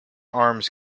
arms